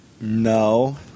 No